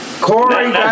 Corey